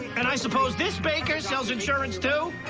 and i suppose this baker sells insurance, too?